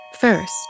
First